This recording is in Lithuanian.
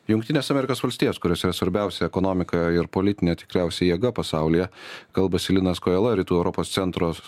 jungtines amerikos valstijas kuriose yra svarbiausia ekonomika ir politinė tikriausia jėga pasaulyje kalbasi linas kojala rytų europos centro